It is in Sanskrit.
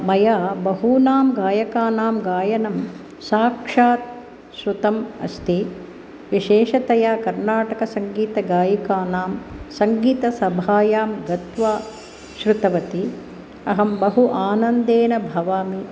मया बहूनां गायकानां गायनं साक्षात् श्रुतम् अस्ति विशेषतया कर्नाटकसङ्गीतगायिकानां सङ्गीतसभायां गत्वा श्रुतवती अहं बहु आनन्देन भवामि